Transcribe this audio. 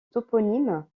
toponyme